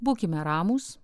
būkime ramūs